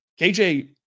KJ